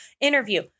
interview